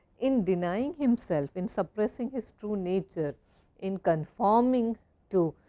in denying himself, in suppressing his true nature in conforming to